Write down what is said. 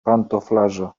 pantoflarze